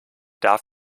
darf